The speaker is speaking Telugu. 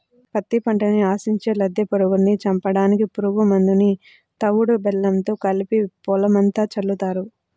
పత్తి పంటని ఆశించే లద్దె పురుగుల్ని చంపడానికి పురుగు మందుని తవుడు బెల్లంతో కలిపి పొలమంతా చల్లుతారు